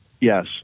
Yes